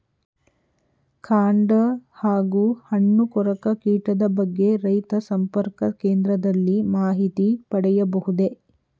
ಕಾಂಡ ಹಾಗೂ ಹಣ್ಣು ಕೊರಕ ಕೀಟದ ಬಗ್ಗೆ ರೈತ ಸಂಪರ್ಕ ಕೇಂದ್ರದಲ್ಲಿ ಮಾಹಿತಿ ಪಡೆಯಬಹುದೇ?